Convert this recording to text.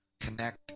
Connect